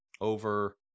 over